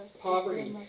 poverty